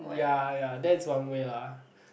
ya ya that is one way lah